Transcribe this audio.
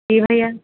जी भैया